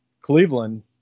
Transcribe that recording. Cleveland